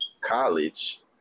college